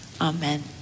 Amen